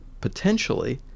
potentially